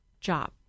job